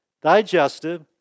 Digestive